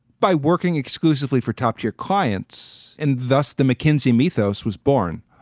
by working exclusively for top tier clients and thus the mckinsey mythos was born.